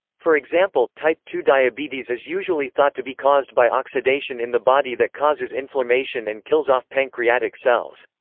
for example, type two diabetes is usually thought to be caused by oxidation in the body that causes inflammation and kills off pancreatic cells.